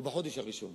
או בחודש הראשון.